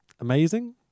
Amazing